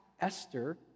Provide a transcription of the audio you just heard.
Esther